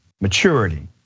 maturity